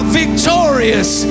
victorious